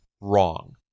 wrong